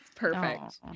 Perfect